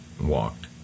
walked